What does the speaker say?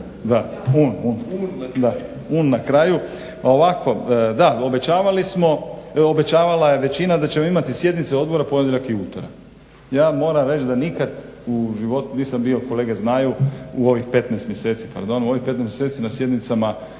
da obećavali smo, obećavala je većina da ćemo imati sjednice odbora ponedjeljak i utorak. Ja moram reći da nikad u životu nisam bio, kolege znaju, u ovih 15 mjeseci pardon, u ovih